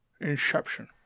Inception